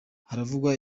haravugwa